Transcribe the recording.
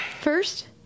first